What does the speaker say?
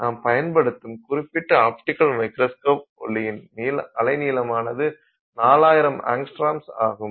நாம் பயன்படுத்தும் குறிப்பிட்ட ஆப்டிகல் மைக்ரோஸ்கோப் ஒளியின் அலை நீளமானது 4000 ஆங்ஸ்ட்ராம்ஸ் ஆகும்